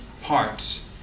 parts